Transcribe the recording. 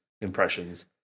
impressions